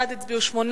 בעד הצביעו שמונה,